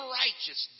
righteous